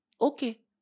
Okay